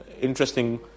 interesting